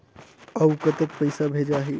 अउ कतेक पइसा भेजाही?